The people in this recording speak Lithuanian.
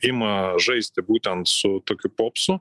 ima žaisti būtent su tokiu popsu